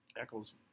Eccles